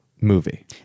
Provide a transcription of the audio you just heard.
Movie